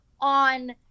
on